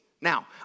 Now